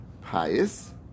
pious